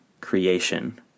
creation